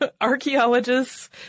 archaeologists